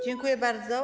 Dziękuję bardzo.